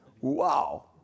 Wow